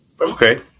Okay